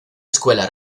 escuela